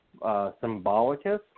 Symbolicus